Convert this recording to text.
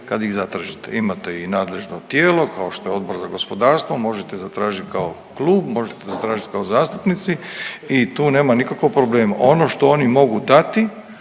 kad ih zatražite. Imate i nadležno tijelo kao što je Odbor za gospodarstvo možete zatražit kao klub, možete zatražit kao zastupnici i tu nema nikakvog problema. Ono što oni mogu dati